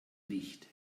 licht